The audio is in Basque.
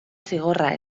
zigorra